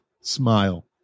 Smile